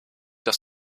dass